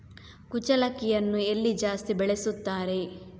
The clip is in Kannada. ಕುಚ್ಚಲಕ್ಕಿಯನ್ನು ಎಲ್ಲಿ ಜಾಸ್ತಿ ಬೆಳೆಸುತ್ತಾರೆ?